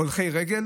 הולכי רגל